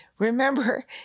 Remember